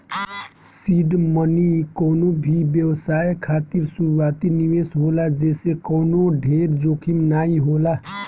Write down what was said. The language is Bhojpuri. सीड मनी कवनो भी व्यवसाय खातिर शुरूआती निवेश होला जेसे कवनो ढेर जोखिम नाइ होला